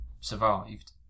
survived